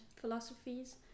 philosophies